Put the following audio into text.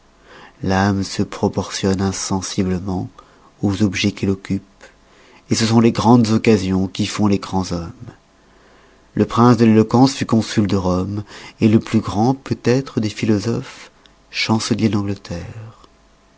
l'ame se proportionne insensiblement aux objets qui l'occupent ce sont les grandes occasions qui font les grands hommes le prince de l'eloquence fut consul de rome le plus grand peut-être des philosophes chancelier d'angleterre